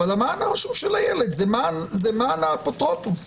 אבל המען הרשום של הילד זה מען האפוטרופוס.